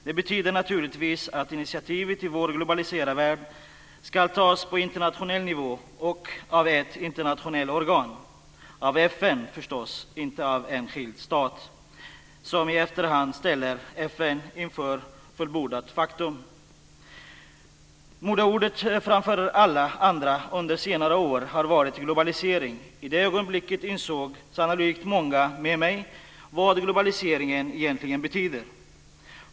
Det betyder naturligtvis att initiativet i vår globaliserade värld ska tas på internationell nivå och av ett internationellt organ - av FN, förstås, och inte av en enskild stat som i efterhand ställer FN inför fullbordat faktum. Modeordet framför alla andra under senare år har varit globalisering. I det ögonblicket insåg sannolikt många med mig vad globaliseringen egentligen betyder.